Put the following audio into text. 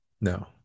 No